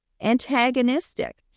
antagonistic